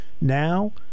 now